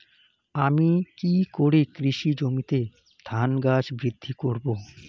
আমি কী করে কৃষি জমিতে ধান গাছ বৃদ্ধি করব?